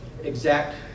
Exact